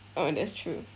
oh that's true